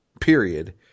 period